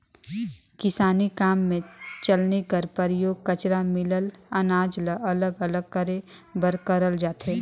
किसानी काम मे चलनी कर परियोग कचरा मिलल अनाज ल अलग अलग करे बर करल जाथे